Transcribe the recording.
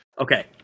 Okay